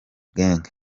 gang